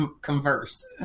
converse